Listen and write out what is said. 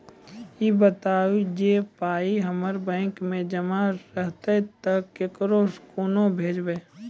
ई बताऊ जे पाय हमर बैंक मे जमा रहतै तऽ ककरो कूना भेजबै?